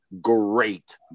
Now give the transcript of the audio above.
great